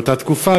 באותה תקופה,